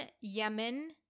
Yemen